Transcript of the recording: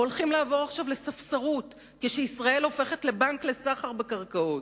והולכים לעבור עכשיו לספסרות כשישראל הופכת לבנק לסחר בקרקעות.